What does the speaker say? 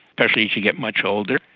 especially as you get much older.